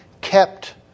kept